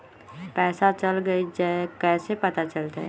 पैसा चल गयी कैसे पता चलत?